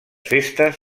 festes